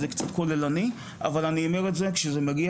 זה קצת כוללני אבל אני אומר את זה כשזה מגיע